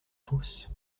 fosse